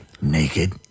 Naked